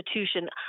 institution